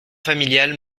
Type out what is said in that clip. familiale